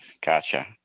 Gotcha